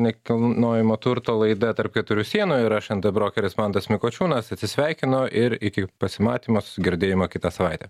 nekilnojamo turto laida tarp keturių sienų ir aš nt brokeris mantas mikočiūnas atsisveikinu ir iki pasimatymo sugirdėjimo kitą savaitę